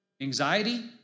Anxiety